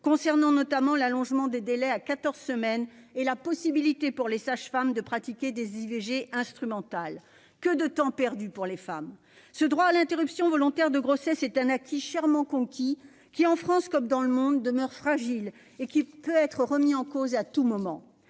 concernant notamment l'allongement à quatorze semaines du délai d'accès à l'IVG et la possibilité pour les sages-femmes de pratiquer des IVG instrumentales. Que de temps perdu pour les femmes ! Le droit à l'interruption volontaire de grossesse est un acquis chèrement conquis, qui, en France comme dans le monde, demeure fragile, et peut être remis en cause à tout moment.